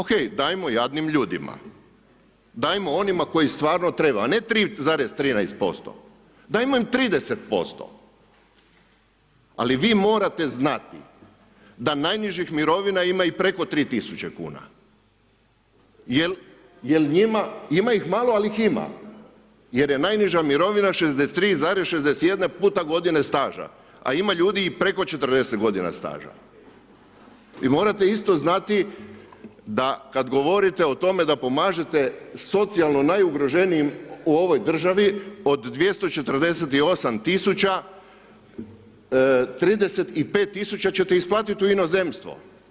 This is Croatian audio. Okej, dajmo jadnim ljudima, dajmo onima kojima stvarno treba, a ne 3,13%, dajmo im 30%, ali vi morate znati da najnižih mirovina ima i preko 3.000,00 kn jel njima, ima ih malo, al ih ima jer je najniža mirovina 63,61 x godine staža, a ima ljudi i preko 40 godina staža i morate isto znati da kad govorite o tome da pomažete socijalno najugroženijim u ovoj državi od 248 000, 35 000 ćete isplatiti u inozemstvo.